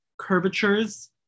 curvatures